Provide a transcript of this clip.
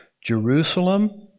Jerusalem